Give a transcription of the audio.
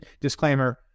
disclaimer